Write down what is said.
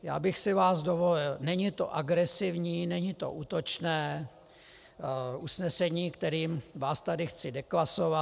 Já bych si vás dovolil, není to agresivní, není to útočné usnesení, kterým vás tady chci deklasovat.